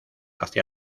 hacia